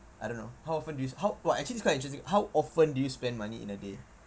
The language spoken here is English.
I don't know how often you do how !wah! actually this is quite interesting how often do you spend money in a day